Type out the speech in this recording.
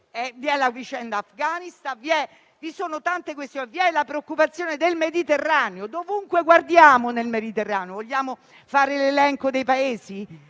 capire la vicenda dell'Afghanistan e tutte le altre questioni. Vi è la preoccupazione del Mediterraneo: dovunque guardiamo nel Mediterraneo (vogliamo fare l'elenco dei Paesi?)